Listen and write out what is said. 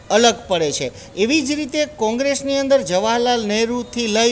અલગ પડે છે એવી જ રીતે કોંગ્રેસની અંદર જવાહર લાલ નહેરુથી લઈ